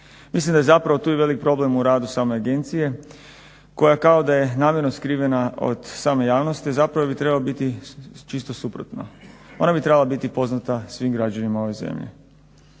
Mislim da je zapravo tu i velik problem u radu same agencije koja kao da je namjerno skrivena od same javnosti, zapravo jer bi trebalo biti čisto suprotno. Ona bi trebala biti poznata svim građanima ove zemlje.